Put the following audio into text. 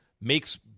makes